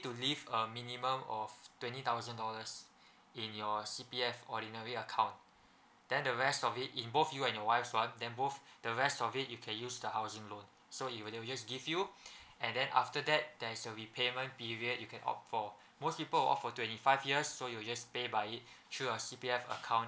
to lieave a minimum of twenty thousand dollars in your C_P_F ordinary account then the rest of it in both you and your wife one then both the rest of it you can use the housing loan so it will just give you and then after that there is a repayment behavior you can opt for most people will opt for twenty five years so you'll just pay by it through your C_P_F account